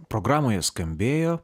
programoje skambėjo